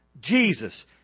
Jesus